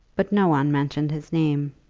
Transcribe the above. but no one mentioned his name.